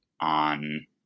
on